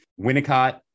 Winnicott